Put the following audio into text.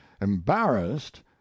embarrassed